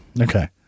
Okay